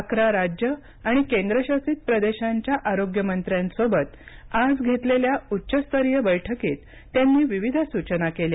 अकरा राज्यं आणि केंद्रशासित प्रदेशांच्या आरोग्य मंत्र्यांसोबत आज घेतलेल्या उच्चस्तरीय बैठकीत त्यांनी विविध सूचना केल्या